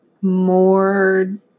more